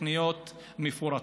ותוכניות מפורטות.